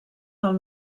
del